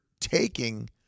taking